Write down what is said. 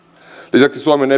lisäksi suomen